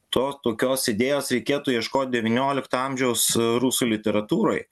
to tokios idėjos reikėtų ieškot devyniolikto amžiaus rusų literatūroj